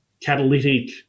catalytic